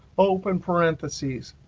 open parentheses,